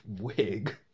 wig